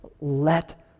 let